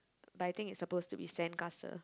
but I think it's suppose to be sandcastle